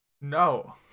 no